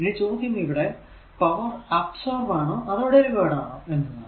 ഇനി ചോദ്യം ഇവിടെ പവർ അബ്സോർബ് ആണോ അതോ ഡെലിവെർഡ് ആണോ എന്നതാണ്